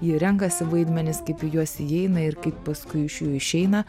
ji renkasi vaidmenis kaip į juos įeina ir kaip paskui iš jų išeina